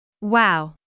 Wow